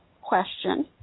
question